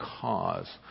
cause